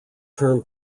term